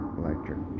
electric